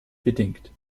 bedingt